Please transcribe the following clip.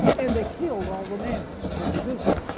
and they killed all the males, this is israel.